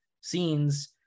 scenes